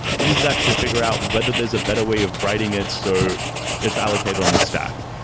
use that to figure out whether there's a better way of riding it so it's allocated on the stack.